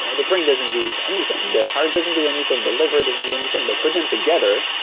you know the brain doesn't do anything. the heart doesn't do anything, the liver doesn't do anything. but put them together,